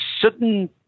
certain